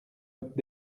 bottes